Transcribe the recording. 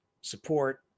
support